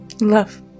Love